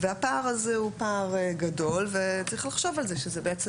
והפער הזה הוא פער גדול וצריך לחשוב על זה שזה בעצם